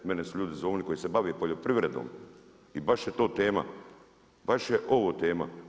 Mene su ljudi zovnuli koji se bave poljoprivredom i baš je to tema, baš je ovo tema.